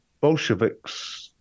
Bolsheviks